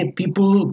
people